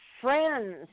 friends